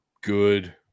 good